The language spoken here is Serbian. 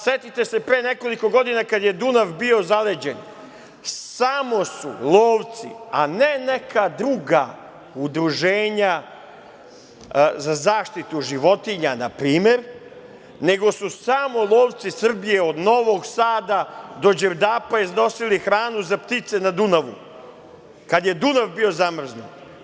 Setite se pre nekoliko godina kada je Dunava bio zaleđen, samo su lovci, a ne neka druga udruženja za zaštitu životinja, na primer, nego su samo lovci Srbije od Novog Sada do Đerdapa iznosili hranu za ptice na Dunavu, kada je Dunav bio zamrznut.